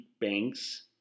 banks